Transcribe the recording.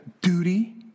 duty